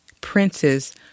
princes